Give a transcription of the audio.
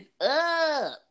up